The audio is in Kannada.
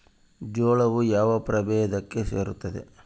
ಜೋಳವು ಯಾವ ಪ್ರಭೇದಕ್ಕೆ ಸೇರುತ್ತದೆ?